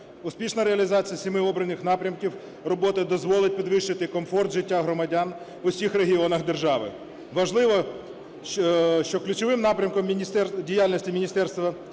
Успішна реалізація семи обраних напрямків роботи дозволить підвищити комфорт життя громадян в усіх регіонах держави. Важливо, що ключовим напрямком діяльності міністерства